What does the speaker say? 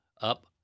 up